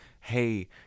hey